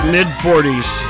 Mid-40s